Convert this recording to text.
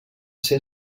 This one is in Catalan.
ser